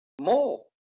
more